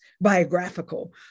biographical